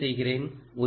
நான் என்ன செய்கிறேன்